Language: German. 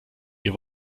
ihr